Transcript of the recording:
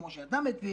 כמו שאתה מציג,